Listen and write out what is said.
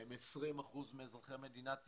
הם 20% מאזרחי מדינת ישראל,